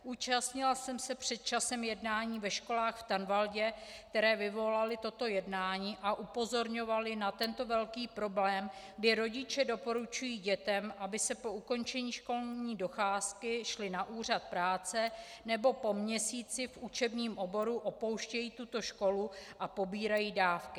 Účastnila jsem se před časem jednání ve školách v Tanvaldu, které vyvolaly toto jednání a upozorňovaly na tento velký problém, kdy rodiče doporučují dětem, aby po ukončení školní docházky šly na úřad práce, nebo po měsíci v učebním oboru opouštějí tuto školu a pobírají dávky.